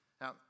Now